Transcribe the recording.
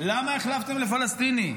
למה החלפתם ל"פלסטיני"?